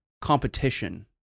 Competition